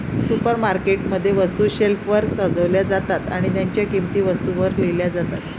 supermarket मध्ये, वस्तू शेल्फवर सजवल्या जातात आणि त्यांच्या किंमती वस्तूंवर लिहिल्या जातात